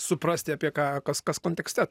suprasti apie ką kas kas kontekste